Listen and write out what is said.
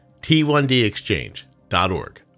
T1DExchange.org